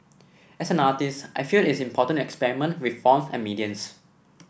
as an artist I feel it is important to experiment with forms and mediums